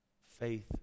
faith